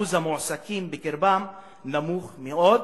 ואחוז המועסקים בקרבם נמוך מאוד.